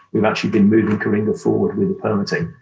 we've actually been moving coringa forward with the permitting.